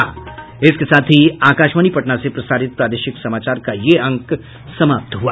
इसके साथ ही आकाशवाणी पटना से प्रसारित प्रादेशिक समाचार का ये अंक समाप्त हुआ